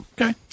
Okay